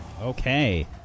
Okay